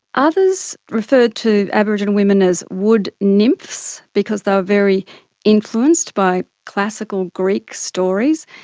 others referred to aboriginal women as wood nymphs because they were very influenced by classical greek stories,